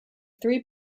three